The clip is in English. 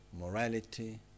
morality